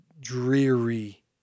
dreary